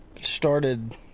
started